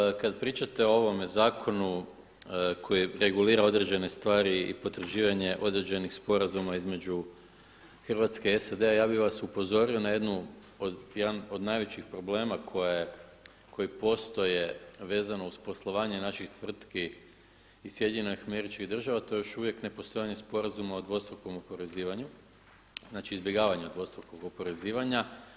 Tufekčić, kada pričate o ovome zakonu koji regulira određene stvari i potvrđivanje određenih sporazuma između Hrvatske i SAD-a, ja bih vas upozorio na jedan od najvećih problema koji postoje vezano uz poslovanje naših tvrtki iz SAD-a, to je još uvijek nepostojanje Sporazuma o dvostrukom oporezivanju, znači izbjegavanju dvostrukog oporezivanja.